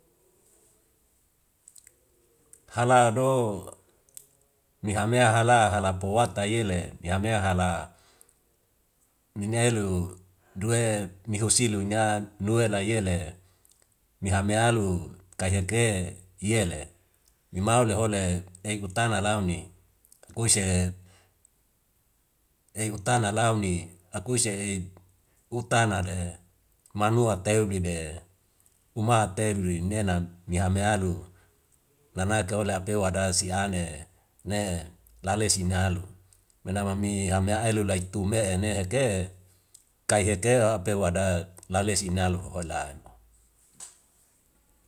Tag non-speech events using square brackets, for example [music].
Halado ni hame hala hala powata yele yame hala nine elu due ni husilu na nue la yele mihame alu kai heke'e yele nimau le hole ek utana launi kuise [hesitation] utana launi akuisi [hesitation] utana de manua teu di de uma temri nena mihame alu lanake ole apewa adasi ane ne lalesi nalu nana wami hame elu lai tume ene heke kai heke apewa da lalesi nalu hola.